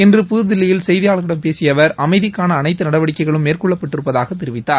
இன்று புதுதில்லியில் செய்தியாளர்களிடம் பேசிய அவர் அமைதிக்கான அனைத்து நடவடிக்கைகளும் மேற்கொள்ளப்பட்டிருப்பதாகத் தெரிவித்தார்